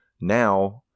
now –